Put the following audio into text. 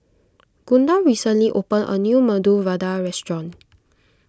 Gunda recently opened a new Medu Vada restaurant